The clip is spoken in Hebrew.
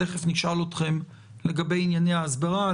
תכף נשאל אתכם לגבי ענייני ההסברה,